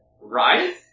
right